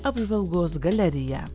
apžvalgos galerija